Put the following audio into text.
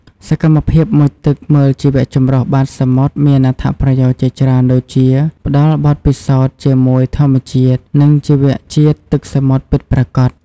សកម្មភាពមុជទឹកមើលជីវៈចម្រុះបាតសមុទ្រមានអត្ថប្រយោជន៍ជាច្រើនដូចជាផ្តល់បទពិសោធន៍ជាមួយធម្មជាតិ និងជីវៈជាតិទឹកសមុទ្រពិតប្រាកដ។